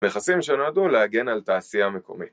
‫מכסים שנועדו להגן על תעשייה מקומית.